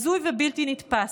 זה הזוי ובלתי נתפס.